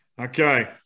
okay